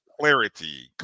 Clarity